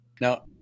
now